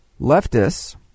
leftists